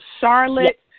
Charlotte